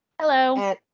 Hello